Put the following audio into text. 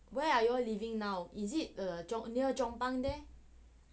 where are you all living now is it jo~ near chong pang there